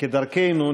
כדרכנו,